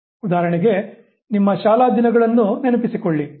ಉದಾಹರಣೆಗೆ ನಿಮ್ಮ ಶಾಲಾ ದಿನಗಳನ್ನು ನೆನಪಿಸಿಕೊಳ್ಳಿ